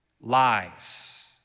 lies